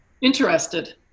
Interested